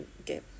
Okay